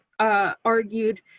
Argued